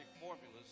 formulas